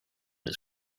its